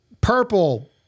purple